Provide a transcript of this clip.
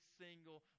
single